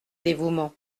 dévouement